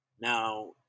Now